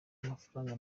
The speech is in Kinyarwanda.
amafaranga